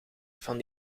van